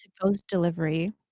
post-delivery